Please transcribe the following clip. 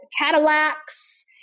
Cadillacs